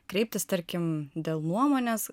kreiptis tarkim dėl nuomonės